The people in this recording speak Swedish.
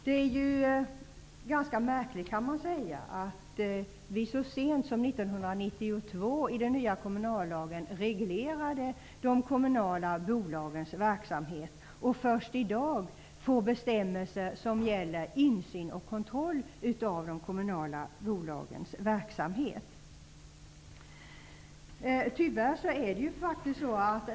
Det är ganska märkligt att vi så sent som 1992 i den nya kommunallagen reglerade de kommunala bolagens verksamhet och att vi först i dag får bestämmelser som gäller insyn och kontroll av kommunala bolags verksamhet.